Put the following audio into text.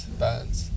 bands